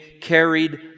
carried